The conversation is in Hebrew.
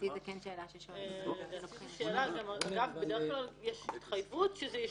כל התחום הזה של